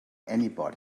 anybody